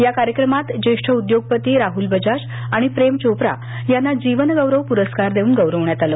या कार्यक्रमात ज्येष्ठ उद्योगपती राहुल बजाज आणि प्रेम चोप्रा यांना जीवनगौरव पुरस्कार देऊन गौरवण्यात आलं